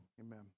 Amen